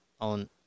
on